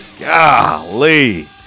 Golly